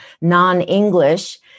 non-English